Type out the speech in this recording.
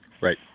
Right